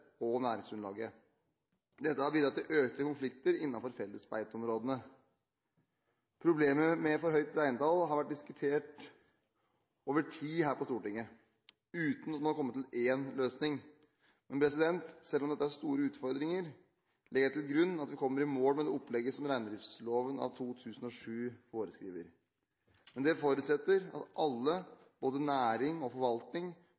næringsgrunnlag. Dette har bidratt til økte konflikter innenfor fellesbeiteområdene. Problemet med for høyt reintall har vært diskutert over tid her på Stortinget, uten at man har kommet til en løsning. Men selv om dette er store utfordringer, legger jeg til grunn at vi kommer i mål med det opplegget som reindriftsloven av 2007 foreskriver. Men det forutsetter at alle, både næring og forvaltning,